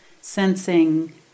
sensing